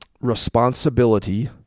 responsibility